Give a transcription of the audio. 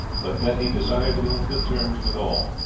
but that he desired to be on good terms with all,